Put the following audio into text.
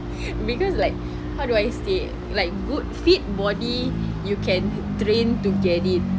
because like how do I say like good fit body you can train to get it